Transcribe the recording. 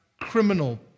criminal